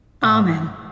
Amen